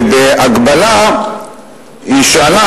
ובהקבלה היא שאלה,